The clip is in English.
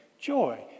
joy